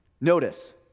notice